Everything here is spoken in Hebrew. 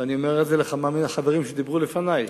ואני אומר זאת לכמה מהחברים שדיברו לפני,